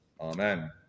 Amen